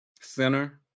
center